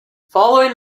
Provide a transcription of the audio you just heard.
following